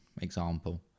example